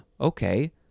Okay